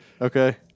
okay